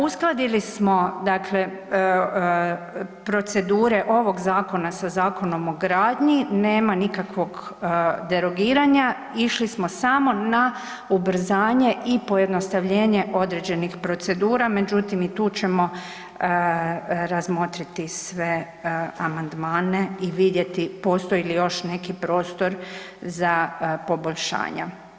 Uskladili smo procedure ovog Zakona sa zakonom o gradnji, nema nikakvog derogiranja, išli smo samo na ubrzanje i pojednostavljenje određenih procedura, međutim i tu ćemo razmotriti sve amandmane i vidjeti postoji li još neki prostor za poboljšanja.